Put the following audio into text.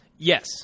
Yes